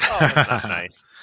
Nice